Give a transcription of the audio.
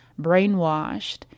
brainwashed